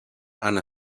han